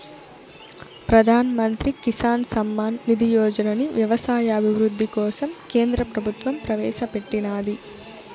ప్రధాన్ మంత్రి కిసాన్ సమ్మాన్ నిధి యోజనని వ్యవసాయ అభివృద్ధి కోసం కేంద్ర ప్రభుత్వం ప్రవేశాపెట్టినాది